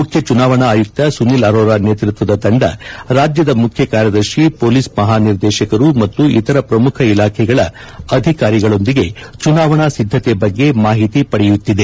ಮುಖ್ಯ ಚುನಾವಣಾ ಆಯುಕ್ತ ಸುನಿಲ್ ಅರೋರ ನೇತೃತ್ವದ ತಂದ ರಾಜ್ಯದ ಮುಖ್ಯ ಕಾರ್ಯದರ್ಶಿ ಪೊಲೀಸ್ ಮಹಾನಿರ್ದೇಶಕರು ಮತ್ತು ಇತರ ಪ್ರಮುಖ ಇಲಾಖೆಗಳ ಅಧಿಕಾರಿಗಳೊಂದಿಗೆ ಚುನಾವಣಾ ಸಿದ್ದತೆ ಬಗ್ಗೆ ಮಾಹಿತಿ ಪಡೆಯುತ್ತಿದೆ